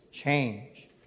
Change